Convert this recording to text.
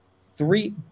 Three